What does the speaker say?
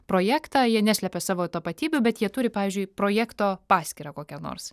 projektą jie neslepia savo tapatybių bet jie turi pavyzdžiui projekto paskyrą kokią nors